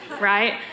right